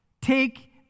take